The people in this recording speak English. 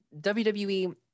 WWE